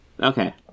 Okay